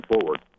forward